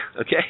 okay